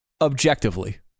objectively